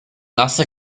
nasse